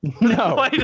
No